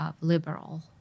liberal